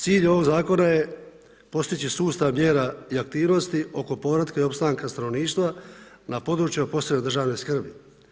Cilj ovog zakona je postići sustav mjera i aktivnosti oko povratka i opstanka stanovništva na područjima od posebne državne skrbi.